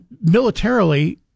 militarily